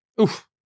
Oof